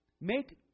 Make